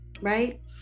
right